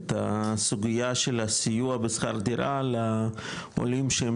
את הסוגייה של הסיוע בשכר דירה לעולים שהם